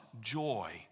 joy